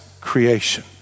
creation